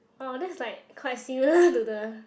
oh this is like quite similar to the